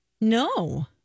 No